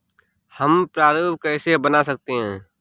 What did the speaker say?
हम प्रारूप कैसे बना सकते हैं?